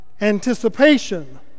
anticipation